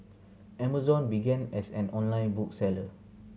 Amazon began as an online book seller